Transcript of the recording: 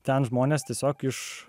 ten žmonės tiesiog iš